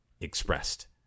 expressed